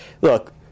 look